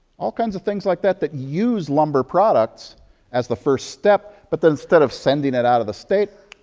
all kinds of things like that that use lumber products as the first step, but then instead of sending it out of the state,